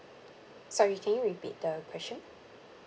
sorry can you repeat the question